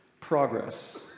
progress